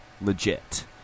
legit